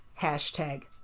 hashtag